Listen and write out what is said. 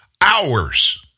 hours